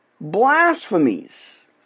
blasphemies